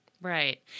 Right